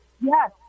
Yes